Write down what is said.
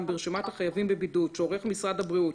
ברשימת החייבים בבידוד שעורך משרד הבריאות,